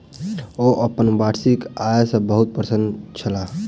ओ अपन वार्षिक आय सॅ बहुत प्रसन्न छलाह